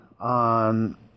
on